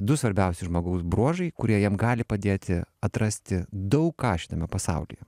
du svarbiausi žmogaus bruožai kurie jam gali padėti atrasti daug ką šitame pasaulyje